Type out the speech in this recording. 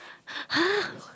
!huh!